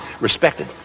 respected